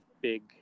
big